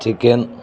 chicken